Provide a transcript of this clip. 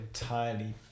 entirely